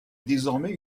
désormais